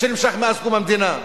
שנמשך מאז קום המדינה?